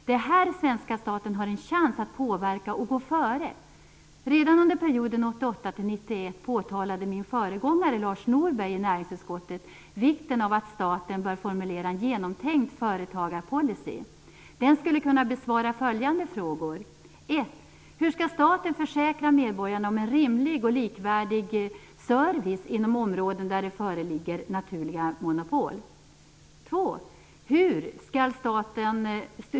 Det är här svenska staten har en chans att påverka och gå före. Redan under perioden 1988-1991 påtalade min föregångare i näringsutskottet, Lars Norberg, vikten av att staten bör formulera en genomtänkt företagarpolicy. Den skulle kunna besvara följande frågor: 1. Hur skall staten försäkra medborgarna en rimlig och likvärdig service inom områden där det föreligger naturliga monopol? 2.